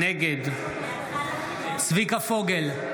נגד צביקה פוגל,